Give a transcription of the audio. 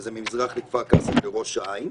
שזה ממזרח לכפר קאסם וראש העין.